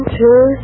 two